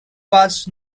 was